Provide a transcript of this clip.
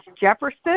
Jefferson